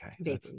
Okay